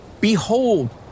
behold